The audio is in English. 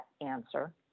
answer